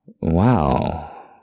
wow